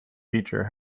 feature